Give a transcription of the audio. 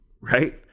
right